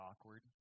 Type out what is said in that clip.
awkward